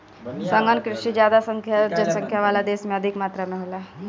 सघन कृषि ज्यादा जनसंख्या वाला देश में अधिक मात्रा में होला